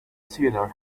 suitor